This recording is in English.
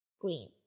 green